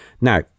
now